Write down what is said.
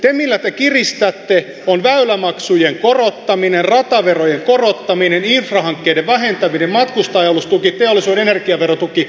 se millä te kiristätte on väylämaksujen korottaminen rataverojen korottaminen infrahankkeiden vähentäminen matkustaja alustuki teollisuuden energiaverotuki